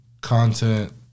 content